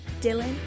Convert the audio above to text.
Dylan